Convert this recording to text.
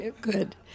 good